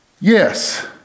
Yes